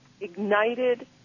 ignited